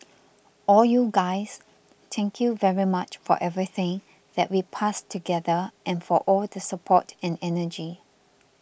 all you guys thank you very much for everything that we passed together and for all the support and energy